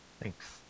Thanks